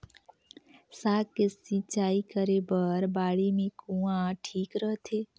साग के सिंचाई करे बर बाड़ी मे कुआँ ठीक रहथे?